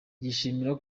yishimira